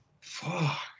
Fuck